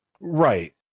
Right